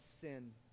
sin